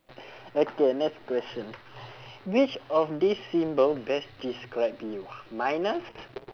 okay next question which of this symbol best describe you minus